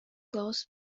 close